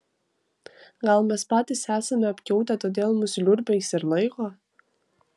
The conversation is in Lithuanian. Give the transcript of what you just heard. gal mes patys esame apkiautę todėl mus liurbiais ir laiko